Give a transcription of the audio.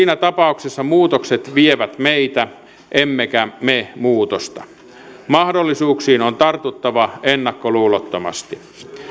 siinä tapauksessa muutokset vievät meitä emmekä me muutosta mahdollisuuksiin on tartuttava ennakkoluulottomasti